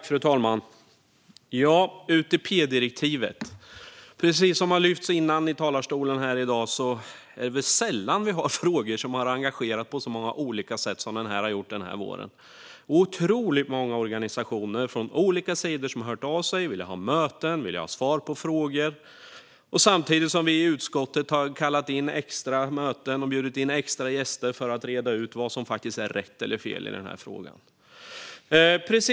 Fru talman! Precis som har lyfts här i talarstolen tidigare i dag är det väl sällan vi behandlar frågor som har engagerat på så många olika sätt som frågan om UTP-direktivet har gjort den här våren. Det är otroligt många organisationer från olika sidor som har hört av sig och velat ha möten och svar på frågor, samtidigt som vi i utskottet har kallat in till extra möten och bjudit in extra gäster för att reda ut vad som faktiskt är rätt och fel i den här frågan.